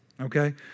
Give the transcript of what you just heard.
okay